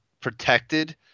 protected